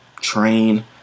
train